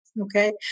Okay